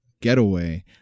getaway